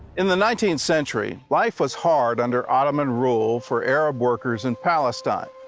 in the nineteenth century, life was hard under ottoman rule for arab workers in palestine.